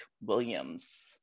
Williams